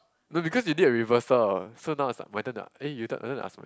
no because you did a reversal so now it's like my turn ah then you turn to ask my